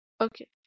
Okay